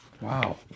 wow